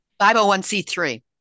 501c3